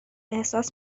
احساس